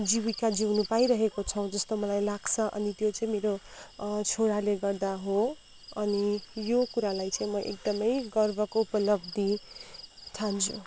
जीविका जिउनु पाइरहेको छौँ जस्तो मलाई लाग्छ अनि त्यो चाहिँ मेरो छोराले गर्दा हो अनि यो कुरालाई चाहिँ म एकदमै गर्वको उपलब्धि ठान्छु